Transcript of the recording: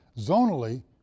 zonally